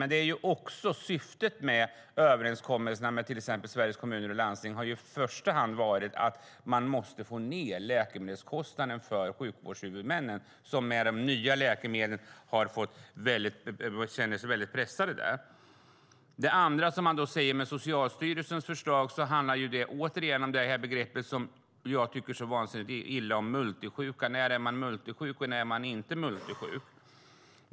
Men syftet med överenskommelserna med till exempel Sveriges Kommuner och Landsting har i första hand varit att få ned läkemedelskostnaderna för sjukvårdshuvudmännen, som med de nya läkemedlen känner sig väldigt pressade. När det gäller Socialstyrelsens förslag handlar det återigen om begreppet, som jag tycker så vansinnigt illa om, multisjuka. När är man multisjuk, och när är man inte multisjuk?